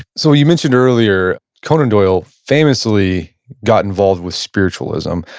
so you mentioned earlier, conan doyle famously got involved with spiritualism.